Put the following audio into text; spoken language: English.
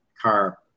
car